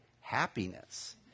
happiness